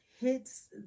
hits